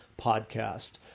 podcast